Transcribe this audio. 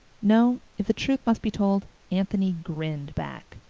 no, if the truth must be told, anthony grinned back.